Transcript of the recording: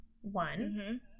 one